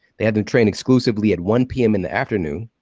they had them train exclusively at one p m. in the afternoon,